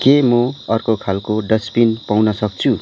के म अर्को खालको डस्टबिन पाउनसक्छु